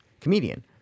comedian